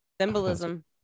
symbolism